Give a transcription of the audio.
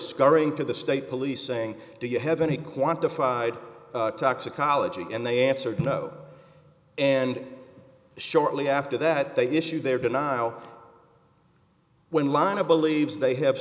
scurrying to the state police saying do you have any quantified toxicology and they answered no and shortly after that they issue their denial when line a believes they have